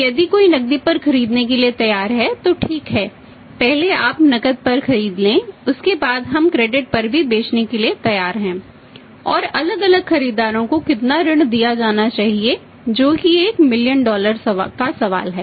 यदि क्रेडिट का सवाल है